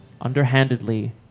underhandedly